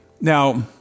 Now